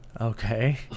Okay